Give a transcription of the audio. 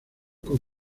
con